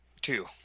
Two